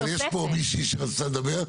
אבל יש פה מישהי שרצתה לדבר.